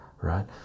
right